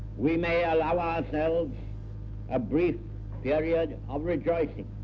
we may allow ourselves a brief period of rejoicing.